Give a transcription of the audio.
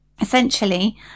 essentially